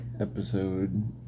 Episode